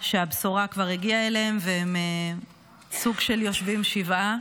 שהבשורה כבר הגיעה אליהם והם סוג של יושבים שבעה,